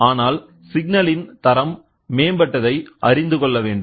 ஆனால் சிக்னலின் தரம் மேம்பட்டதை அறிந்துகொள்ள வேண்டும்